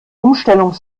umstellung